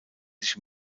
sich